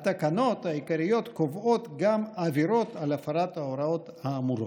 התקנות העיקריות קובעות גם עבירות על הפרת ההוראות האמורות.